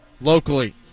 Locally